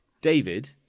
David